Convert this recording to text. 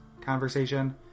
conversation